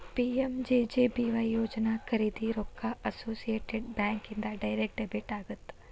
PMJJBY ಯೋಜನಾ ಖರೇದಿ ರೊಕ್ಕ ಅಸೋಸಿಯೇಟೆಡ್ ಬ್ಯಾಂಕ್ ಇಂದ ಡೈರೆಕ್ಟ್ ಡೆಬಿಟ್ ಆಗತ್ತ